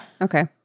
Okay